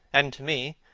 and to me,